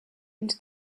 into